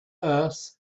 earth